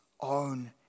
own